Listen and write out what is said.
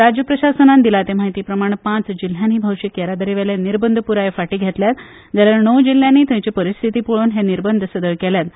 राज्य प्रशासनान दिला ते माहिती प्रमाण पांच जिल्ल्यांनी भौशीक येरादारी वयले निर्बंध पूर्णपणान फाटी ोतल्यात जाल्यार णव जिल्ल्यांनी थंयची परिस्थिती पळोवन हे निर्बंध सदळ केल्यात